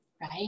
right